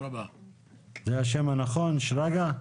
זה השם הנכון, שרגא?